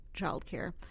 childcare